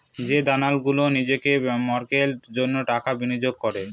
যে দালাল গুলো নিজেদের মক্কেলের জন্য টাকা বিনিয়োগ করে